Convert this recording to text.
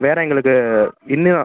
வேறு எங்களுக்கு இன்னும்